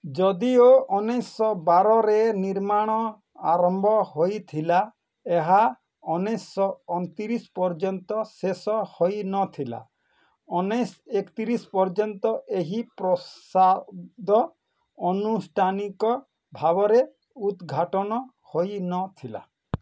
ଯଦିଓ ଉଣେଇଶି ଶହ ବାରରେ ନିର୍ମାଣ ଆରମ୍ଭ ହୋଇଥିଲା ଏହା ଉଣେଇଶି ଶହ ଅଣତିରିଶି ପର୍ଯ୍ୟନ୍ତ ଶେଷ ହୋଇ ନଥିଲା ଉଣେଇଶି ଶହ ଏକିତିରିଶି ପର୍ଯ୍ୟନ୍ତ ଏହି ପ୍ରସାଦ ଅନୁଷ୍ଟାନିକ ଭାବରେ ଉଦ୍ଘାଟନ ହୋଇନଥିଲା